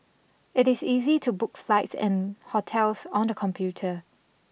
it is easy to book flights and hotels on the computer